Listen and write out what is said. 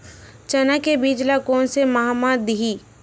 चना के बीज ल कोन से माह म दीही?